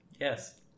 yes